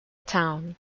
town